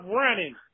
running